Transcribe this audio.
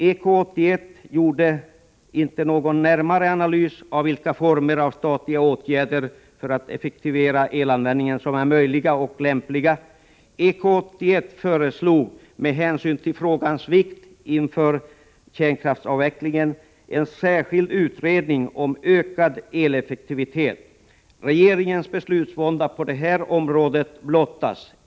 EK 81 gjorde inte ”någon närmare analys av vilka former av statliga åtgärder för att effektivisera elanvändningen som är möjliga och lämpliga”. EK 81 föreslog ”med hänsyn till frågans vikt inför kärnkraftsavvecklingen” en särskild utredning om ökad eleffektivitet. Regeringens beslutsvånda på detta område blottas.